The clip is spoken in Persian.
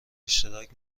اشتراک